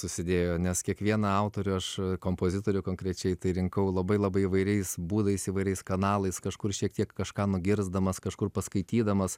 susidėjo nes kiekvieną autorių aš kompozitorių konkrečiai tai rinkau labai labai įvairiais būdais įvairiais kanalais kažkur šiek tiek kažką nugirsdamas kažkur paskaitydamas